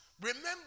Remember